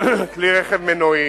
כלי רכב מנועי